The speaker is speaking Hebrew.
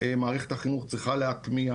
מערכת החינוך צריכה להטמיע,